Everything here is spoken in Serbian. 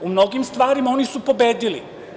U mnogim stvarima oni su pobedili.